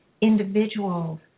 individuals